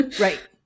right